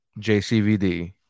JCVD